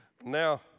Now